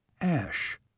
Ash